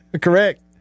Correct